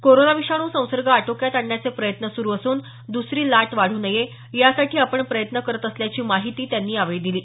corona विषाणू संसर्ग आटोक्यात आणण्याचे प्रयत्न सुरू असून दुसरी लाट वाढू नये यासाठी आपण प्रयत्न करत असल्याची माहिती त्यांनी यावेळी दिली